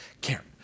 Karen